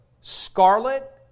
scarlet